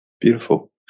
Beautiful